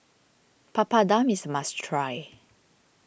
Papadum is a must try